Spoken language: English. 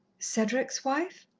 cedric's wife?